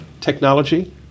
technology